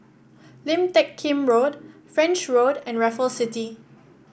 Lim Teck Kim Road French Road and Raffles City